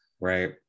Right